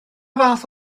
fath